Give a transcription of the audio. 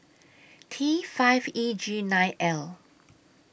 T five E G nine L